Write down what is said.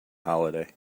holiday